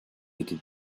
été